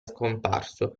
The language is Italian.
scomparso